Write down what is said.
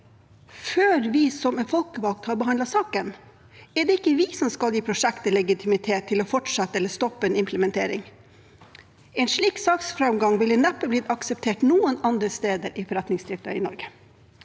før vi som folkevalgte har behandlet saken? Er det ikke vi som skal gi prosjektet legitimitet til å fortsette eller stoppe en implementering? En slik saksframgang ville neppe blitt akseptert noen andre steder i forretningsdriften i Norge.